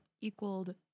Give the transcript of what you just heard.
equaled